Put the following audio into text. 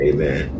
Amen